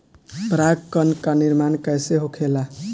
पराग कण क निर्माण कइसे होखेला?